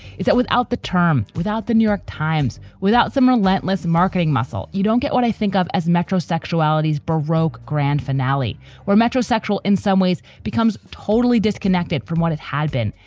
is that without the term, without the new york times, times, without some relentless marketing muscle? you don't get what i think of as metro sexuality's baroque grand finale where metro sexual. in some ways becomes totally disconnected from what it had been.